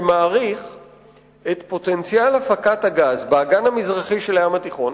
שמעריך את פוטנציאל הפקת הגז באגן המזרחי של הים התיכון,